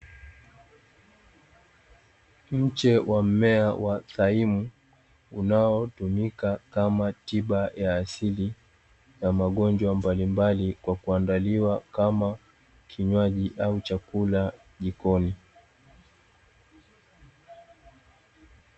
Mche wa mmea wa thaimu unaotumika kama tiba ya asili ya magonjwa mbalimbali kwa kuandaliwa kama kinywaji au chakula jikoni.